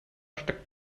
steckt